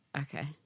Okay